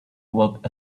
work